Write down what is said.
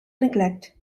neglect